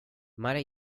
might